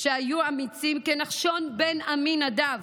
שהיו אמיצים כנחשון בן עמינדב,